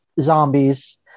zombies